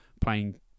playing